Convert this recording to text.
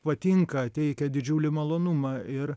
patinka teikia didžiulį malonumą ir